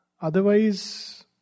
Otherwise